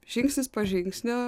žingsnis po žingsnio